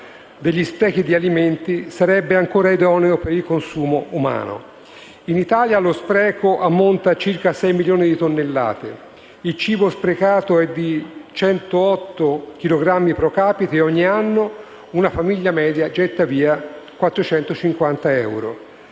degli sprechi di alimenti sarebbe ancora idoneo per il consumo umano. In Italia lo spreco alimentare ammonta a circa 6 milioni di tonnellate, il cibo sprecato è di 108 chilogrammi *pro capite* e ogni anno una famiglia media getta via 450 euro.